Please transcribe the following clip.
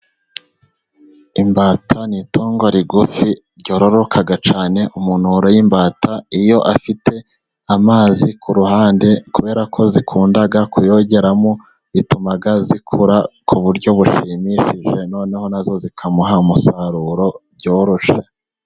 Imbata ni itungo rigufi ryororoka cyane, umuntu woroye imbata iyo afite amazi ku ruhande kubera ko zikunda kuyogeramo, atuma zikura ku buryo bushimishije, noneho na zo zikamuha umusaruro byoroshye.